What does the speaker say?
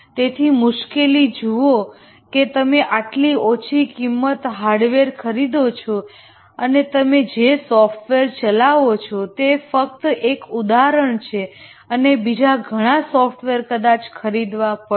તેથી મુશ્કેલી જુઓ કે તમે આટલી ઓછી કિંમતે હાર્ડવેર ખરીદો છો અને તમે જે સોફ્ટવેર ચલાવો છો તે ફક્ત એક ઉદાહરણ છે અને બીજા ઘણા સોફ્ટવેર કદાચ ખરીદવા પડે